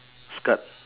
skirt